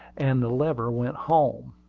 and the lever went home.